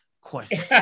question